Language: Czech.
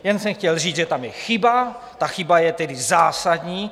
Jen jsem chtěl říct, že tam je chyba, ta chyba je zásadní.